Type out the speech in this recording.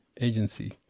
agency